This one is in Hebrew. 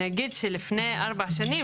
אני אגיד שלפני ארבע שנים,